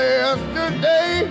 yesterday